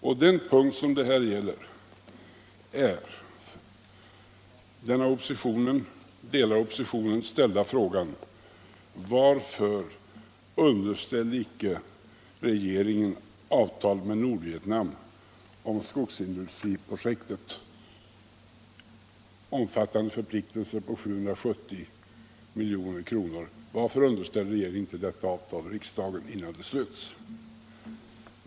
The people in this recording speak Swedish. Vad det nu gäller är den av delar av oppositionen ställda frågan: Varför underställde icke regeringen avtalet med Nordvietnam om skogsindustriprojektet, omfattande förpliktelser på 770 milj.kr., riksdagen innan detta avtal slöts?